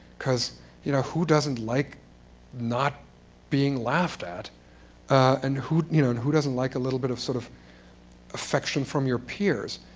because you know who doesn't like not being laughed at and who you know who doesn't like a little bit of sort of affection from your peers.